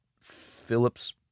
Phillips